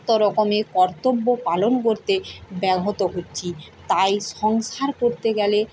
সমস্ত রকমের কর্তব্য পালন করতে ব্যাহত হচ্ছি তাই সংসার করতে গেলে